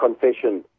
confession